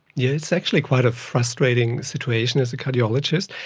yeah it's actually quite a frustrating situation as a cardiologist.